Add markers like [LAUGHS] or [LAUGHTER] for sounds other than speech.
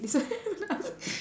this one [LAUGHS]